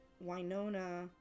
Winona